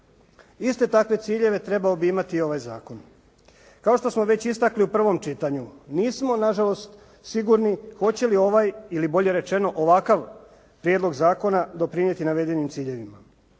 Iste takve ciljeve treba bi imati ovaj zakon. Kao što smo već istakli u prvom čitanju, nismo na žalost sigurni hoće li ovaj ili bolje rečeno ovakav prijedlog zakona doprinijeti navedenim ciljevima.